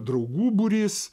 draugų būrys